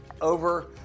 over